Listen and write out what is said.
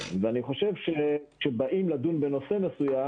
אני חושב שכשבאים לדון בנושא מסוים,